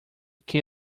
que